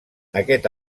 aquest